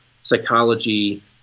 psychology